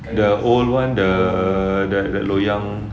the old one the the the loyang